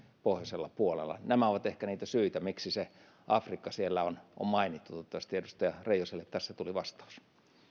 pohjoisella puolella nämä ovat ehkä niitä syitä miksi afrikka siellä on on mainittu toivottavasti edustaja reijoselle tässä tuli vastaus